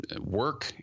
work